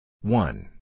One